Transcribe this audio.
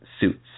suits